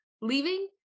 leaving